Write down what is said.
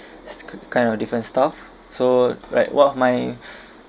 kind of different stuff so like one of my